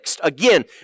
Again